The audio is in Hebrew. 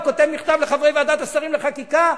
כותב מכתב לחברי ועדת השרים לחקיקה,